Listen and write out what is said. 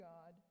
God